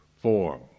Form